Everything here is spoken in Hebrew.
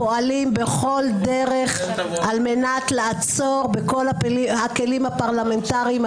פועלים בכל דרך על מנת לעצור בכל הכלים הפרלמנטריים.